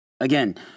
Again